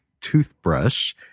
toothbrush